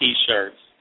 T-shirts